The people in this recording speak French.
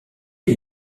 est